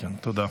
כן, תודה.